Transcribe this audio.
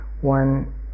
one